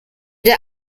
der